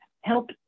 help